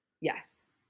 Yes